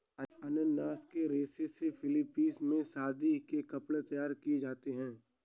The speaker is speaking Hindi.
अनानास के रेशे से फिलीपींस में शादी के कपड़े तैयार किए जाते हैं